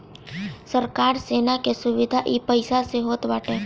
सरकार सेना के सुविधा इ पईसा से होत बाटे